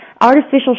artificial